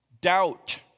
doubt